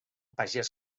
pagès